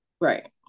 right